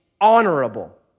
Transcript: honorable